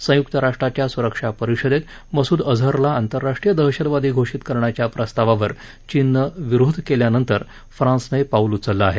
संयुक्त राष्ट्राच्या सुरक्षा परिषदेत मसूद अजहरला आंतरराष्ट्रीय दहशतवादी घोषित करण्याच्या प्रस्तावावर चीननं विरोध केल्यानंतर फ्रान्सनं हे पाऊल उचललं आहे